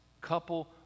couple